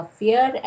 fear